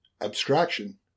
Abstraction